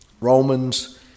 Romans